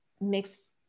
makes